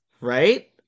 right